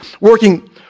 working